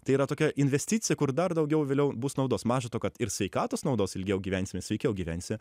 tai yra tokia investicija kur dar daugiau vėliau bus naudos maža to kad ir sveikatos naudos ilgiau gyvensime sveikiau gyvensime